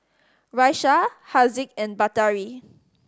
Raisya Haziq and Batari